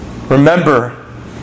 remember